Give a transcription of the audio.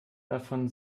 davon